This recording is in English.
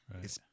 Right